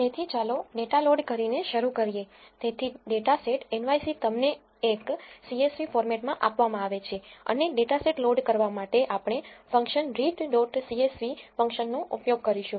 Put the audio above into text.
તેથી ચાલો data load કરીને શરૂ કરીએ તેથી ડેટા સેટ nyc તમને એક csv ફોર્મેટમાં આપવામાં આવે છે અને ડેટાસેટ લોડ કરવા માટે આપણે ફંક્શન રીડ ડોટ સીએસવી ફંક્શનનો ઉપયોગ કરીશું